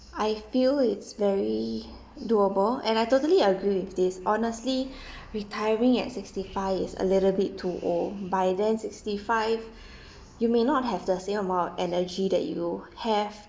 I feel it's very doable and I totally agree with this honestly retiring at sixty five is a little bit too old by then sixty five you may not have the same amount of energy that you have